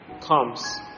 comes